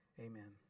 amen